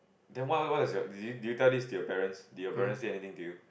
then what what is your did you did you tell this to your parents did you parents say anything to you